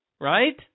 right